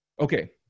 Okay